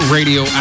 Radio